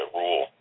rule